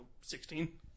sixteen